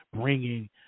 bringing